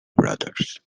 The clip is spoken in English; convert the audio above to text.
brothers